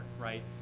right